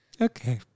okay